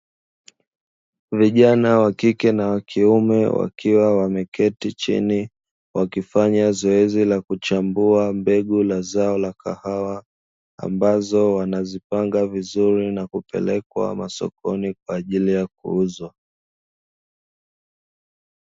Vijana wa kike na wa kiume wakiwa wameketi chini wakifanya zoezi la kuchambua mbegu la zao la kahawa ambazo wanazipanga vizuri na kupelekwa masokoni kwa ajili ya kuuzwa.